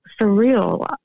surreal